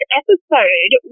episode